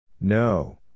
no